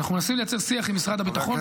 ואנחנו מנסים לייצר שיח עם משרד הביטחון,